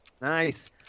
Nice